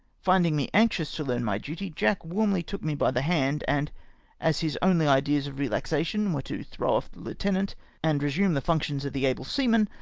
finding me anxious to learn my duty. jack warmly took me by the hand, and as his only ideas of relaxa tion were to throw off the lieutenant and resume the functions of the able seaman,